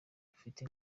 bufite